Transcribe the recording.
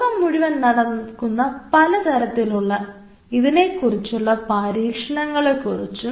ലോകം മുഴുവനും നടക്കുന്ന പല തരത്തിലുള്ള ഇതിനെക്കുറിച്ചുള്ള പരീക്ഷണങ്ങളെ കുറിച്ചും